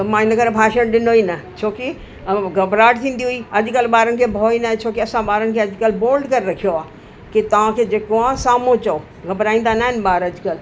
त मां इनकरे भाषण ॾिनो ई न छोकि घबराहट थींदी हुई अॼुकल्ह ॿारनि खे भउ ई न आहे छोकि असां ॿारनि खे अॼुकल्ह बोल्ड करे रखियो आहे कि तव्हांखे जेको आहे साम्हूं चयो घबराईंदा न आहिनि ॿार अॼुकल्ह